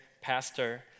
pastor